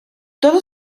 todo